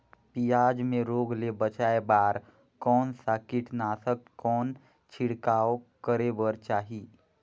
पियाज मे रोग ले बचाय बार कौन सा कीटनाशक कौन छिड़काव करे बर चाही?